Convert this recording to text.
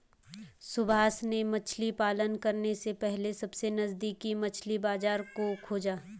सुभाष ने मछली पालन करने से पहले सबसे नजदीकी मछली बाजार को खोजा